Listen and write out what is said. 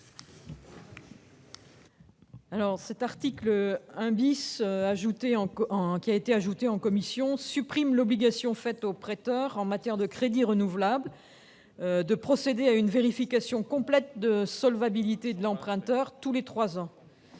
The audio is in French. n° 8. L'article 1 , introduit en commission spéciale, supprime l'obligation faite aux prêteurs en matière de crédit renouvelable de procéder à une vérification complète de la solvabilité de l'emprunteur tous les trois ans.